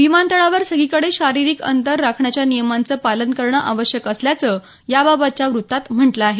विमानतळावर सगळीकडे शारीरिक अंतर राखण्याच्या नियमाचं पालन करणं आवश्यक असल्याचं याबाबतच्या व्रत्तात म्हटलं आहे